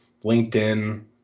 LinkedIn